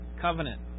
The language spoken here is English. covenant